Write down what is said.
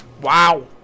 Wow